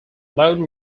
loan